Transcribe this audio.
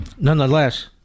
Nonetheless